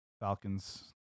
Falcons